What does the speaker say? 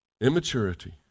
immaturity